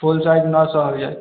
फुल size नओ सए होइ हय